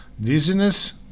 dizziness